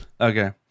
Okay